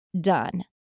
done